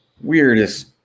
weirdest